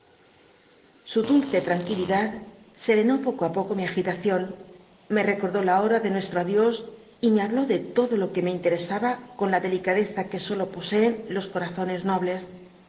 su dulce tranquilidad serenó poco á poco mi agitacion me recor dó la hom de nuestro rdios y me habló de todo lo que me in teresaba con la delicadeza que solo poseen los eomzones nobles